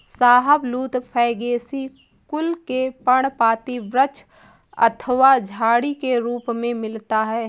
शाहबलूत फैगेसी कुल के पर्णपाती वृक्ष अथवा झाड़ी के रूप में मिलता है